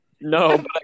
No